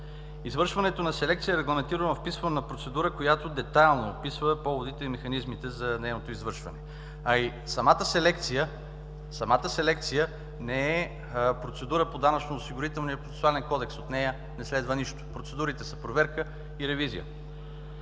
Извършването на селекция е регламентирано в писмена процедура, която детайлно описва поводите и механизмите за нейното извършване, а и самата селекция не е процедура по Данъчно-осигурителният процесуален кодекс. От нея не следва нищо. Процедурите са проверка и ревизия.